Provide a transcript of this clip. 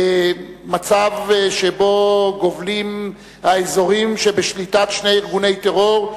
מצב שבו גובלים אזורינו באזורים שבשליטת שני ארגוני טרור,